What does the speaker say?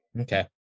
okay